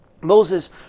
Moses